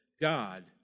God